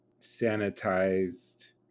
sanitized